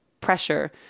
pressure